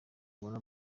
ubona